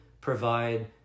provide